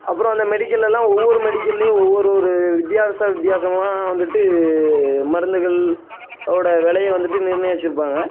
அப்புறம் அந்த மெடிக்கல் எல்லாம் ஒவ்வொரு மெடிக்கல்லையும் ஒவ்வொரு ஒரு வித்தியாச வித்தியாசமாக வந்துட்டு மருந்துகளோடய விலையை வந்துட்டு நிர்ணயிச்சிருப்பாங்க